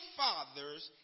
fathers